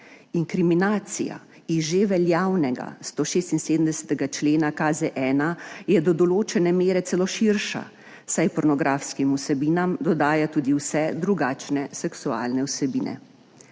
Inkriminacija iz že veljavnega 176. člena KZ-1 je do določene mere celo širša, saj pornografskim vsebinam dodaja tudi vse drugačne seksualne vsebine.